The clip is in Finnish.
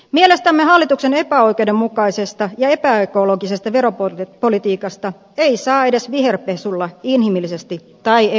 mielestämme hallituksen epäoikeudenmukaisesta ja epäekologisesta veropolitiikasta ei saa edes viherpesulla inhimillisesti tai ekologisesti kestävää